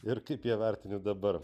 ir kaip ją vertini dabar